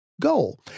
Goal